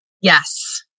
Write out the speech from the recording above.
Yes